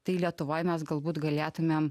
tai lietuvoj mes galbūt galėtumėm